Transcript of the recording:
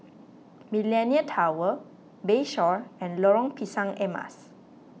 Millenia Tower Bayshore and Lorong Pisang Emas